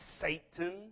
Satan